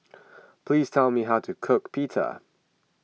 please tell me how to cook Pita